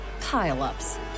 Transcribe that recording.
pile-ups